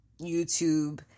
youtube